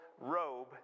robe